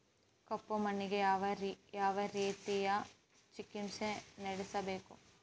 ಕಪ್ಪು ಮಣ್ಣಿಗೆ ಯಾವ ರೇತಿಯ ಚಿಕಿತ್ಸೆ ನೇಡಬೇಕು?